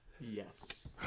Yes